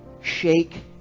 shake